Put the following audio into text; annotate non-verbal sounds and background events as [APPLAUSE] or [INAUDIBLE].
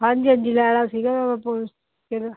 ਹਾਂਜੀ ਹਾਂਜੀ ਲੈਣਾ ਸੀਗਾ [UNINTELLIGIBLE]